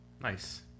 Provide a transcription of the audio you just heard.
Nice